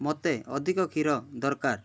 ମୋତେ ଅଧିକ କ୍ଷୀର ଦରକାର